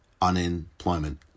unemployment